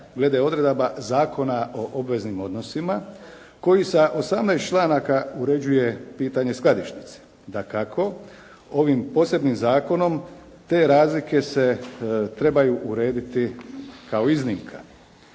glede odredaba Zakona o obveznim odnosima koji sa 18 članaka uređuje pitanje skladišnice. Dakako ovim posebnim zakonom te razlike se trebaju urediti kao iznimka.